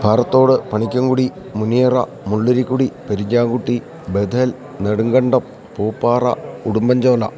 പാറത്തോട് പണിക്കംകുടി മുനിയറ മുള്ളുരിക്കുടി പരിഞ്ചാംകുട്ടി ബദൽ നടുങ്കണ്ടം പൂപ്പാറ ഉടുംബഞ്ചോല